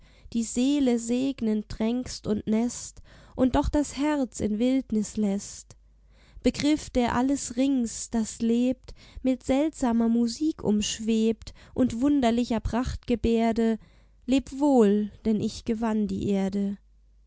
die seele segnend tränkst und näßt und doch das herz in wildnis läßt begriff der alles rings das lebt mit seltsamer musik umschwebt und wunderlicher prachtgebärde lebwohl denn ich gewann die erde